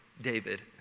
David